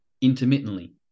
intermittently